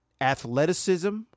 athleticism